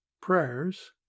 Prayers